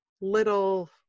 little